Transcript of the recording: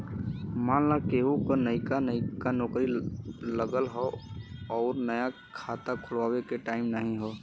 मान ला केहू क नइका नइका नौकरी लगल हौ अउर नया खाता खुल्वावे के टाइम नाही हौ